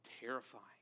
terrifying